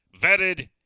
vetted